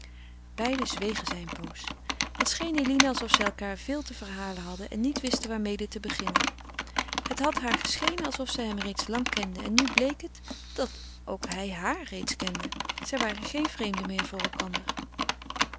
beiden zwegen zij een pooze het scheen eline alsof zij elkaâr veel te verhalen hadden en niet wisten waarmede te beginnen het had haar geschenen alsof zij hem reeds lang kende en nu bleek het dat ook hij haar reeds kende zij waren geen vreemden meer voor elkander